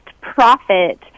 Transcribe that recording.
profit